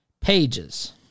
pages